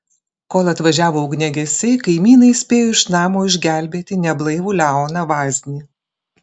kol atvažiavo ugniagesiai kaimynai spėjo iš namo išgelbėti neblaivų leoną vaznį